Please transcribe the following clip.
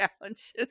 challenges